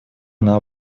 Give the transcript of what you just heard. она